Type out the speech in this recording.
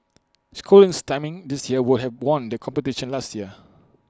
schooling's timing this year would have won the competition last year